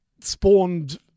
spawned